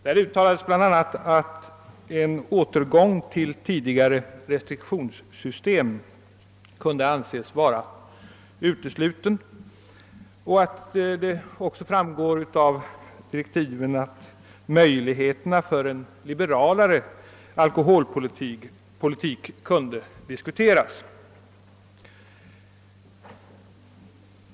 Där sades det att en återgång till tidigare restriktionssystem kunde anses vara utesluten och att möjligheterna för en mera liberal alkoholpolitik kunde diskuteras.